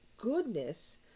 goodness